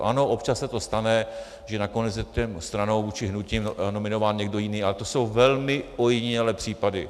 Ano, občas se to stane, že nakonec je stranou či hnutím nominován někdo jiný, ale to jsou velmi ojedinělé případy.